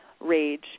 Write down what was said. rage